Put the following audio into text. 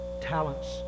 talents